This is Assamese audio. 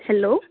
হেল্ল'